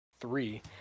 three